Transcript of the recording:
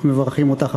אנחנו מברכים אותך,